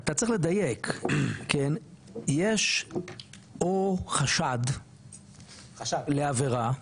אתה צריך לדייק יש או חשד לעבירה,